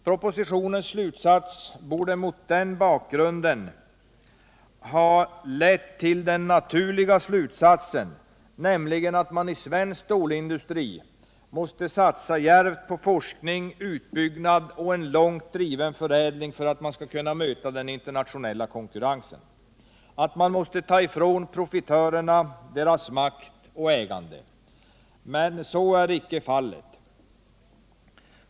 Propositionens slutsats borde mot den bakgrunden ha blivit dels att man inom svensk stålindustri nu måste satsa djärvt på forskning, utbyggnad och en långt driven förädling för att kunna möta den internationella konkurrensen, dels att man måste ta ifrån profitörerna deras makt och ägande. Men så är icke fallet.